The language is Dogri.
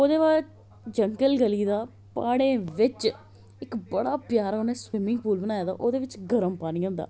ओहदे बाद जंगल गली दा प्हाडे़ं बिच इक बड़ा प्यारा उनें स्बिमिंग पूल बनाएदा ओहदे बिच गर्म पानी होंदा